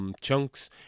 chunks